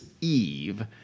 Eve